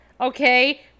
Okay